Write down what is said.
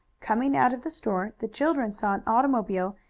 coming out of the store, the children saw an automobile,